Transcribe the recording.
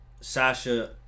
Sasha